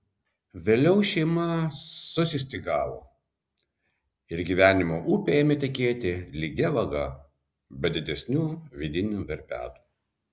vėliau šeima susistygavo ir gyvenimo upė ėmė tekėti lygia vaga be didesnių vidinių verpetų